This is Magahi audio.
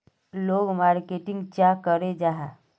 लोग मार्केटिंग चाँ करो जाहा?